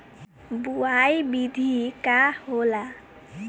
बुआई विधि का होला?